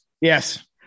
yes